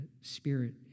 spirit